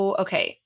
okay